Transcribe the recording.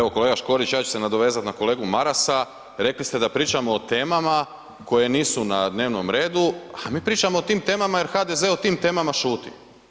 Evo kolega Škorić, ja ću se nadovezat na kolegu Marasa, rekli ste da pričamo o temama koje nisu na dnevnom redu, a mi pričamo o tim temama jer HDZ o tim temama šuti.